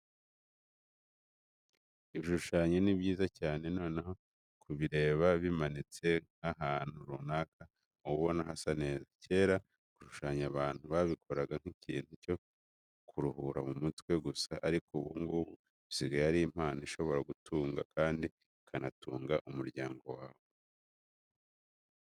Ibishushanyo ni byiza cyane, noneho kubireba bimanitse nk'ahantu runaka uba ubona hasa neza. Kera gushushanya abantu babikoraga nk'ikintu cyo kuruhura mu mutwe gusa, ariko ubu ngubu bisigaye ari impano ishobora kugutunga kandi ikanatunga umuryango wawe.